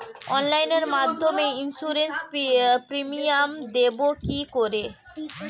অনলাইনে মধ্যে insurance premium দেবো কি করে?